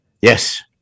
Yes